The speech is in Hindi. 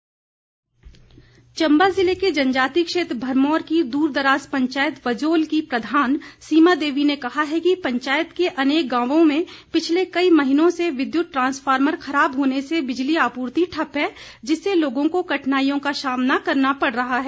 मांग चंबा जिले के जनजातीय क्षेत्र भरमौर की दूरदराज पंचायत वजोल की प्रधान सीमा देवी ने कहा है कि पंचायत के अनेक गांवों में पिछले कई महीनों से विद्युत ट्रांसफॉमर्र खराब होने से बिजली आपूर्ति ठप्प है जिससे लोगों को कठिनाइयों का सामना करना पड़ रहा है